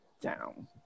down